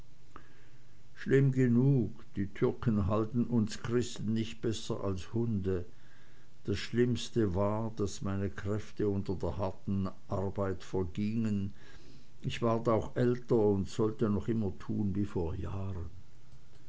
schlimm genug die türken halten uns christen nicht besser als hunde das schlimmste war daß meine kräfte unter der harten arbeit vergingen ich ward auch älter und sollte noch immer tun wie vor jahren